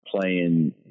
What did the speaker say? Playing